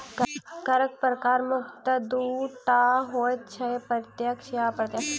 करक प्रकार मुख्यतः दू टा होइत छै, प्रत्यक्ष आ अप्रत्यक्ष